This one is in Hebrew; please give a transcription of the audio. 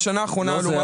בשנה האחרונה לעומת אשתקד.